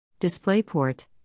DisplayPort